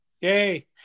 Yay